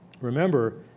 Remember